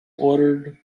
ordered